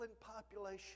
population